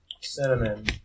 cinnamon